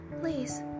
Please